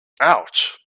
ouch